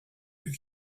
that